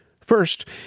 First